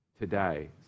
today